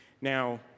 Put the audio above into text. Now